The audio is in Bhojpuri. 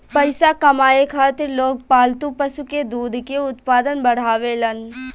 पइसा कमाए खातिर लोग पालतू पशु के दूध के उत्पादन बढ़ावेलन